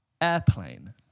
Airplane